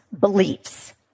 beliefs